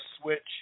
switch